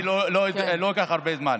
אני לא אקח הרבה זמן.